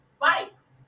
bikes